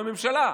אנס בממשלה.